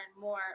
more